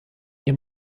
ihr